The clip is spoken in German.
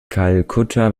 kalkutta